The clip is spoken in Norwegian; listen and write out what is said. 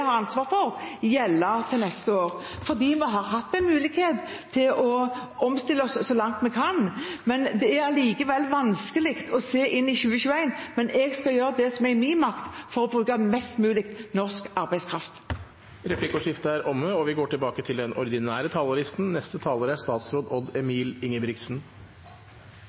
har ansvaret for, gjelde til neste år. Vi har hatt en mulighet til å omstille oss så langt vi kan. Det er allikevel vanskelig å se inn i 2021, men jeg skal gjøre det som står i min makt for å bruke mest mulig norsk arbeidskraft. Replikkordskiftet er omme. Fiskeri- og sjømatnæringen er meget viktig for Norge og særdeles viktig for kysten, og den